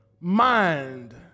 mind